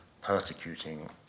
persecuting